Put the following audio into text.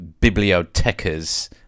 bibliotecas